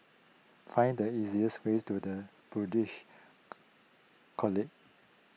find the easiest way to the Buddhist College